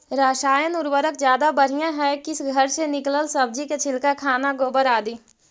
रासायन उर्वरक ज्यादा बढ़िया हैं कि घर से निकलल सब्जी के छिलका, खाना, गोबर, आदि?